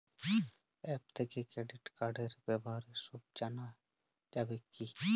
App থেকে credit কার্ডর ব্যাপারে সব জানা যাবে কি?